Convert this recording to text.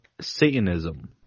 Satanism